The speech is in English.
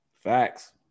Facts